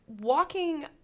walking